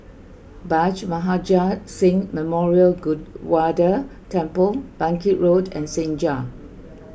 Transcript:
Bhai Maharaj Singh Memorial Gurdwara Temple Bangkit Road and Senja